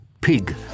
Pig